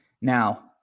Now